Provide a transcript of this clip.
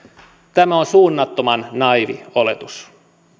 tämä on suunnattoman naiivi oletus